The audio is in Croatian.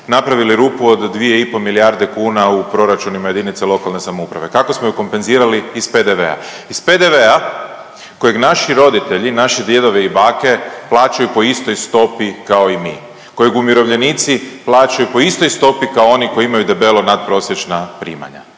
napravili rupu od 2,5 milijarde kuna u proračunima jedinica lokalne samouprave. Kako smo ju kompenzirali? Iz PDV-a. Iz PDV-a kojeg naši roditelji, naši djedovi i bake plaćaju po istoj stopi kao i mi, kojeg umirovljenici plaćaju po istoj stopi kao oni koji imaju debelo natprosječna primanja.